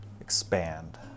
expand